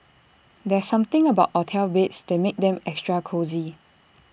there's something about hotel beds that makes them extra cosy